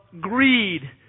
greed